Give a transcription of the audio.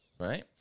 Right